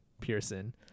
Pearson